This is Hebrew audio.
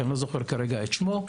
שאני לא זוכר כרגע את שמו,